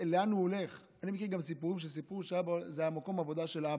לאן הוא הולך אני מכיר גם סיפורים שסיפרו שזה מקום העבודה של האבא.